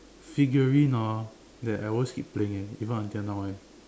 figurine orh that I always keep playing eh even until now eh